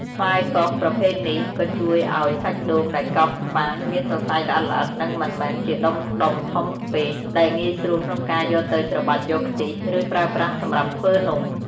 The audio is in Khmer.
ផ្លែកោសប្រភេទនេះក៏ជួយឱ្យសាច់ដូងដែលកោសបានមានសរសៃល្អិតៗ និងមិនមែនជាដុំៗធំពេក ដែលងាយស្រួលក្នុងការយកទៅច្របាច់យកខ្ទិះ ឬប្រើប្រាស់សម្រាប់ធ្វើនំ។